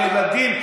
ילדים,